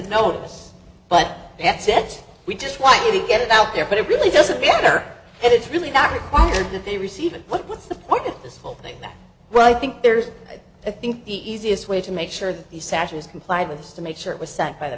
no but that's it we just want to get it out there but it really doesn't matter and it's really not required that they receive it but what's the point of this whole thing that right i think there's i think the easiest way to make sure that the sash is complied with is to make sure it was sent by the